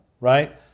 right